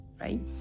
right